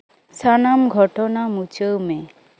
ᱥᱟᱱᱟᱢ ᱜᱷᱚᱴᱚᱱᱟ ᱢᱩᱪᱷᱟᱹᱣ ᱢᱮ